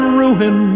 ruin